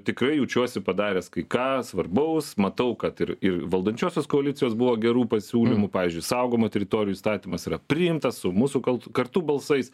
tikrai jaučiuosi padaręs kai ką svarbaus matau kad ir ir valdančiosios koalicijos buvo gerų pasiūlymų pavyzdžiui saugomų teritorijų įstatymas yra priimtas su mūsų kal kartu balsais